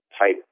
type